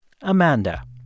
Amanda